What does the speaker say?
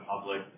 public